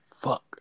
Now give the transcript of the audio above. fuck